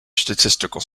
statistical